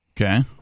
Okay